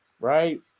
Right